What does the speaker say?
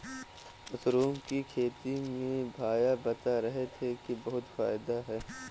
mushroom की खेती में भैया बता रहे थे कि बहुत फायदा है